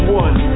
one